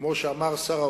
כמו שאמר שר האוצר,